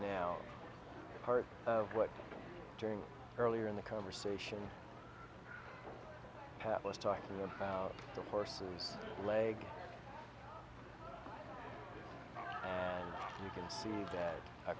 now part of what during earlier in the conversation pat was talking about the horse's leg and you can see that